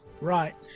Right